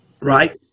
Right